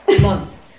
months